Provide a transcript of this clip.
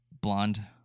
blonde